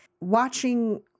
watching